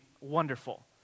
wonderful